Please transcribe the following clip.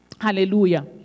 Hallelujah